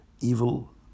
evil